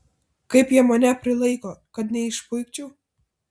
kaip jie mane prilaiko kad neišpuikčiau